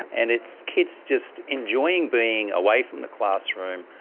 and it's kids just enjoying being away from the classroom.